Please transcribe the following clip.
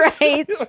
Right